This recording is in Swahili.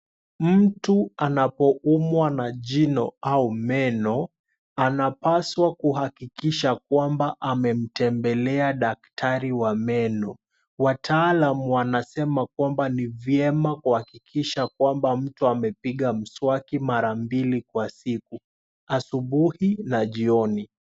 Mtu anapo umwa na jino au meno anapaswa kuhakikisha kwamba ametembelea daktari wa meno. Wataalam wanasema kwamba ni vyema kuhakikisha kwamba mtu amepiga mswaki mara mbili kwa siku, asubuhi na jioni.